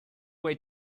way